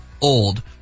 old